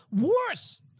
worse